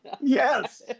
Yes